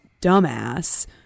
dumbass